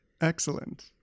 Excellent